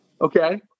Okay